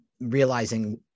realizing